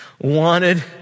wanted